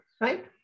right